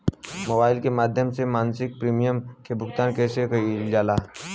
Mobile के माध्यम से मासिक प्रीमियम के भुगतान कैसे कइल जाला?